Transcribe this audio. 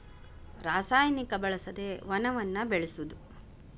ರಸಾಯನಿಕ ಬಳಸದೆ ವನವನ್ನ ಬೆಳಸುದು